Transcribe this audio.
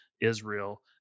Israel